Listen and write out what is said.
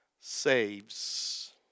saves